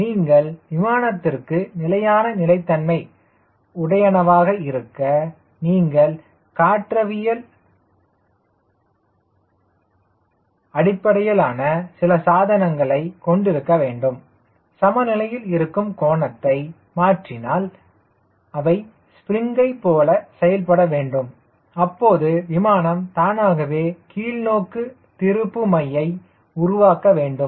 நீங்கள் விமானத்திற்கு நிலையான நிலைத்தன்மை உடையனவாக இருக்க நீங்கள் காற்றியக்கவியல் அடிப்படையிலான சில சாதனங்களை கொண்டிருக்க வேண்டும் சமநிலையில் இருக்கும் கோணத்தை மாற்றினால் அவை ஸ்பிரிங்கை போல செயல்பட வேண்டும் அப்போது விமானம் தானாகவே கீழ் நோக்கு திருப்புமையை உருவாக்க வேண்டும்